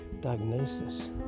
diagnosis